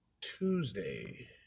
Tuesday